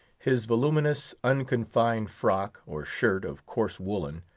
his voluminous, unconfined frock, or shirt, of coarse woolen,